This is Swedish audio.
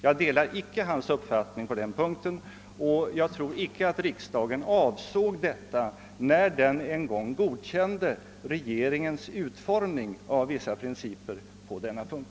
Jag delar inte hans uppfattning på den punkten, och jag tror inte att den överensstämmer med vad riksdagen avsåg när den en gång godkände regeringens utformning av principerna på denna punkt.